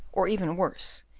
or even worse,